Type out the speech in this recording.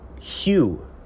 Hugh